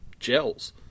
gels